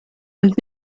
und